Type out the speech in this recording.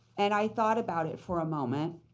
and i thought about it for a moment.